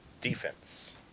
defense